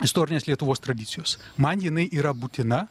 istorinės lietuvos tradicijos man jinai yra būtina